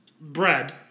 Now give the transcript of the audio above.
bread